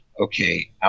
okay